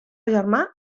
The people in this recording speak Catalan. germà